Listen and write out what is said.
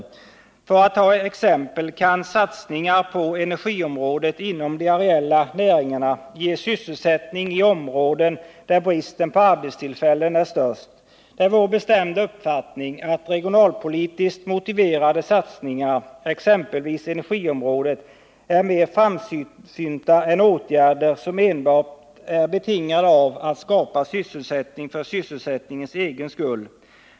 För att ta ett exempel kan satsningar på energiområdet inom de areella näringarna ge sysselsättning i områden där bristen på arbetstillfällen är störst. Det är vår bestämda uppfattning att regionalpolitiskt motiverade satsningar, exempelvis på energiområdet, är mer framsynta än åtgärder som enbart är betingade av att skapa sysselsättning för sysselsättningens egen skull.